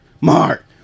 Mark